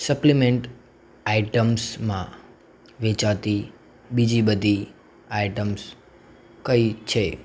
supplement આઇટમ્સમાં વેચાતી બીજી બધી આઇટમ્સ કઈ છે